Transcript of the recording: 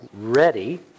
ready